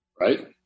right